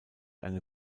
eine